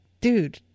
dude